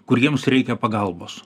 kur jiems reikia pagalbos